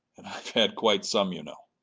and i've had quite some, you know.